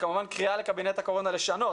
וכמובן קריאה לקבינט הקורונה לשנות,